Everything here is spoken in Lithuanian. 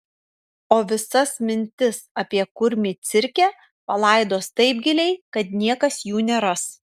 o visas mintis apie kurmį cirke palaidos taip giliai kad niekas jų neras